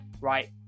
right